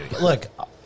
Look